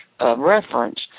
reference